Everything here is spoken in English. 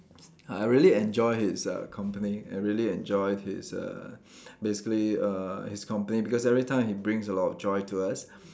I really enjoy his uh company I really enjoy his err basically err his company because everytime he brings a lot of joy to us